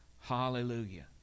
Hallelujah